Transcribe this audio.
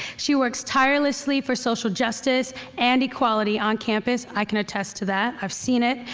she works tirelessly for social justice and equality on campus. i can attest to that. i've seen it,